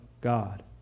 God